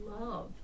love